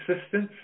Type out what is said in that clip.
assistance